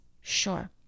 Sure